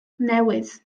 newydd